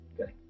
Okay